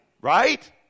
right